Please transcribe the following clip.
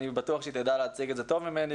אני בטוח שהיא תדע להציג את זה טוב ממני,